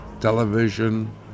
television